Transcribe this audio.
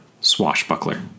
Swashbuckler